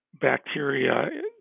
bacteria